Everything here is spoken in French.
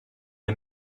est